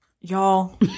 Y'all